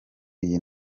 iyi